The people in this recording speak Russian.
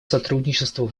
сотрудничеству